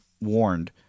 warned